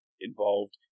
involved